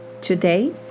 Today